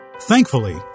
Thankfully